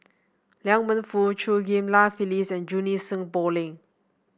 Liang Wenfu Chew Ghim Lian Phyllis and Junie Sng Poh Leng